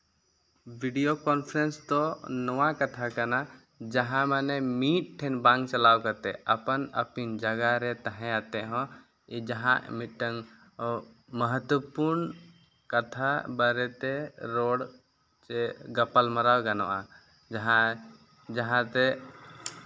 video conference ᱫᱚ ᱱᱚᱣᱟ ᱠᱟᱛᱷᱟ ᱠᱟᱱᱟ ᱡᱟᱦᱟᱸ ᱢᱟᱱᱮ ᱢᱤᱫ ᱴᱷᱮᱱ ᱵᱟᱝ ᱪᱟᱞᱟᱣ ᱠᱟᱛᱮ ᱟᱯᱟᱱ ᱟᱹᱯᱤᱱ ᱡᱟᱭᱜᱟ ᱨᱮ ᱛᱟᱦᱮᱸ ᱠᱟᱛᱮ ᱦᱚᱸ ᱡᱟᱦᱟᱸ ᱢᱤᱫᱴᱟᱝ ᱢᱚᱦᱚᱛᱛᱚ ᱯᱩᱨᱱ ᱠᱟᱛᱷᱟ ᱵᱟᱨᱮᱛᱮ ᱨᱚᱲ ᱪᱮ ᱜᱟᱯᱟᱞ ᱢᱟᱨᱟᱣ ᱜᱟᱱᱚᱜᱼᱟ ᱡᱟᱦᱟᱸ ᱡᱟᱦᱟᱸ ᱛᱮ